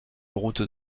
route